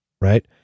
right